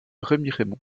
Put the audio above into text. remiremont